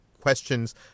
questions